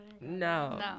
No